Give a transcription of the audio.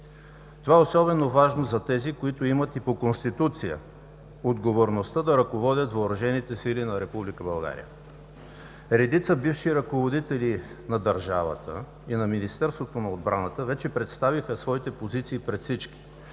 Това е особено важно за тези, които имат по Конституция отговорността да ръководят Въоръжените сили на Република България. Редица бивши ръководители на държавата и на Министерството на отбраната вече представиха своите позиции пред всички,